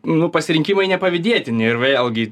nu pasirinkimai nepavydėtini ir vėlgi